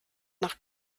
nach